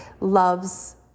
loves